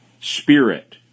spirit